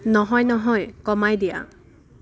নহয় নহয় কমাই দিয়া